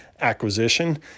acquisition